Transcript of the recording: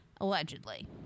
allegedly